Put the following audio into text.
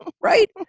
right